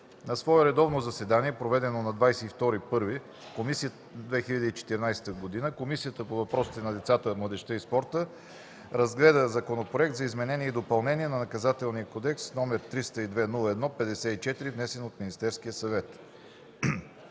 На свое редовно заседание, проведено на 22 януари 2014 г., Комисията по въпросите на децата, младежта и спорта разгледа Законопроект за изменение и допълнение на Наказателния кодекс, № 302-01-54, внесен от Министерския съвет.